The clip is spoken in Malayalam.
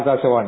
ആകാശവാണി